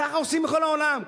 ככה עושים בכל העולם,